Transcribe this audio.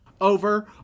over